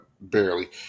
barely